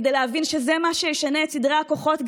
כדי להבין שזה מה שישנה את סדרי הכוחות,